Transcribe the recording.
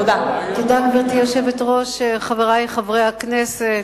תודה, גברתי היושבת-ראש, חברי חברי הכנסת,